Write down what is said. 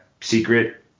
secret